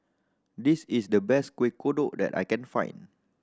this is the best Kuih Kodok that I can find